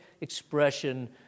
expression